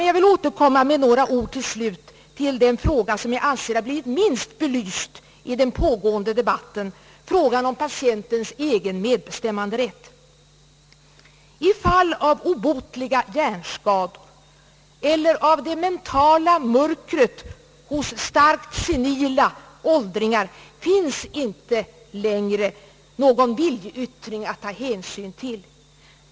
Jag vill återkomma med några ord till slut till den fråga som jag anser har blivit minst belyst i den pågående debatten, frågan om patientens egen medbestämmanderätt. I fall av obotliga hjärnskador eller av det mentala mörkret hos starkt senila åldringar finns inte längre någon viljeyttring att ta hänsyn till.